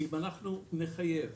אם אנחנו נחייב